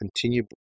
continue